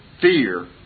fear